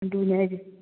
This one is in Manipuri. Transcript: ꯑꯗꯨꯅꯦ ꯍꯥꯏꯁꯦ